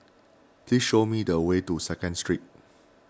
please show me the way to Second Street